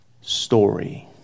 story